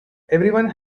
everyone